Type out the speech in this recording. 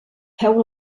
feu